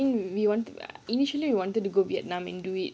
I mean we wanted uh initially we wanted to go vietnam and do it